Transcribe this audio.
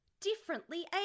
differently